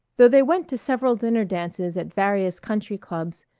though they went to several dinner dances at various country clubs,